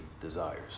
desires